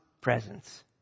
presence